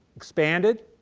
expanded,